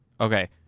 Okay